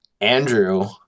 Andrew